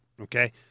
okay